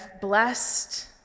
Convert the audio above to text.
blessed